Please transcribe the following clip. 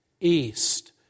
east